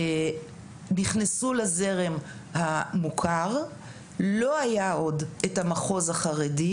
נכנסו לזרם המוכר - עוד לא היה המחוז החרדי,